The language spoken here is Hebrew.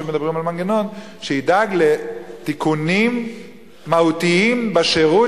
שוב מדברים על מנגנון שידאג לתיקונים מהותיים בשירות